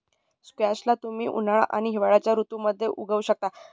squash ला तुम्ही उन्हाळा आणि हिवाळ्याच्या ऋतूमध्ये उगवु शकता